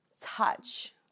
Touch